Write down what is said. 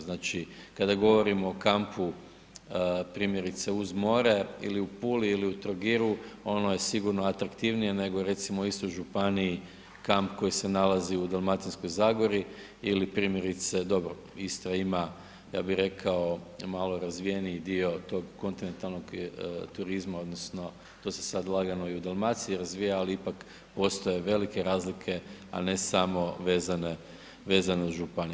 Znači kada govorimo o kampu primjerice uz more ili u Puli ili u Trogiru, ono je sigurno atraktivnije nego recimo u i stoj županiji kamp koji se nalazi u Dalmatinskoj zagori ili primjerice, dobro, Istra ima ja bi rekao malo razvijeniji dio tog kontinentalnog turizma odnosno, to se sad lagano i u Dalmaciji razvija ali ipak postoje velike razlike a ne samo vezane uz županije.